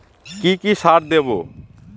কি কি সার দেবো?